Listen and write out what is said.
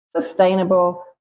sustainable